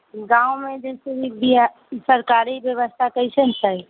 गाममे जैसे बिहा सरकारी व्यवस्था कैसन छै